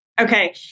Okay